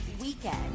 weekend